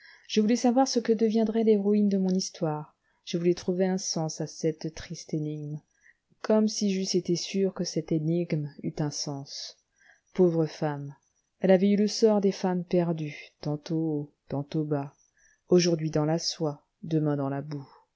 je voulais savoir ce que deviendrait l'héroïne de mon histoire je voulais trouver un sens à cette triste énigme comme si j'eusse été sûr que cette énigme eût un sens pauvre femme elle avait eu le sort des femmes perdues tantôt haut tantôt bas aujourd'hui dans la soie demain dans la boue